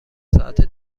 ساعت